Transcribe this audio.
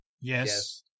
Yes